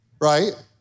right